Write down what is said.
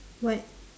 what